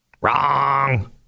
Wrong